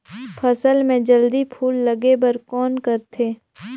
फसल मे जल्दी फूल लगे बर कौन करथे?